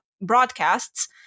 broadcasts